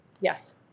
Yes